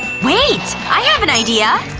wait! i have an idea.